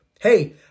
Hey